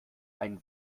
einen